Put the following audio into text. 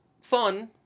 fun